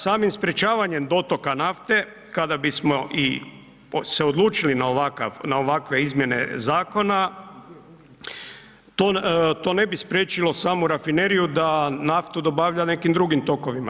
Samim sprječavanjem dotoka nafte kada bismo i se odlučili na ovakve izmjene zakona, to ne bi spriječilo samu rafineriju da naftu dobavlja nekim drugim tokovima.